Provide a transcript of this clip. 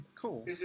cool